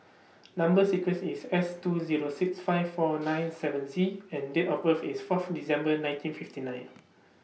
Number sequence IS S two Zero six five four nine seven Z and Date of birth IS Fourth December nineteen fifty nine